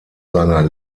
seiner